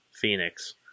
phoenix